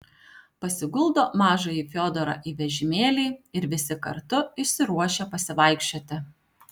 pasiguldo mažąjį fiodorą į vežimėlį ir visi kartu išsiruošia pasivaikščioti